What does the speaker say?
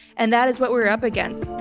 and that is what we're up against.